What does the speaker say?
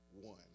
One